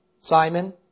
Simon